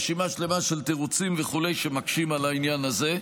רשימה שלמה של תירוצים וכו' שמקשים על העניין הזה.